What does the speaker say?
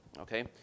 okay